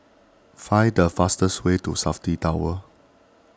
find the fastest way to Safti Tower